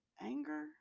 anger